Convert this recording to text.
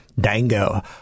Dango